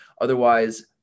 Otherwise